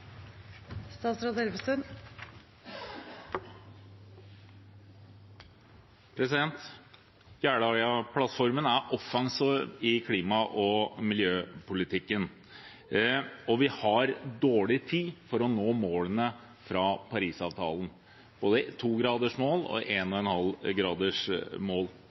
er offensiv i klima- og miljøpolitikken. Vi har dårlig tid når det gjelder å nå målene i Parisavtalen – både 2-gradersmålet og 1,5-gradersmålet. De to